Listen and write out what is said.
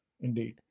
indeed